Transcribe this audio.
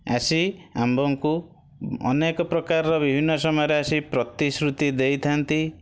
ଆସି ଆମ୍ଭଙ୍କୁ ଅନେକ ପ୍ରକାରର ବିଭିନ୍ନ ସମୟରେ ଆସି ପ୍ରତିଶୃତି ଦେଇଥାନ୍ତି